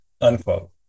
Unquote